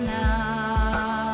now